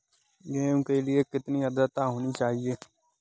गेहूँ के लिए कितनी आद्रता होनी चाहिए?